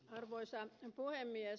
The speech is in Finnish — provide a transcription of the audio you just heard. arvoisa puhemies